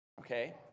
Okay